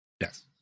Yes